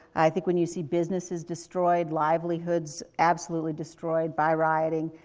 i think when you see businesses destroyed, livelihoods absolutely destroyed by rioting,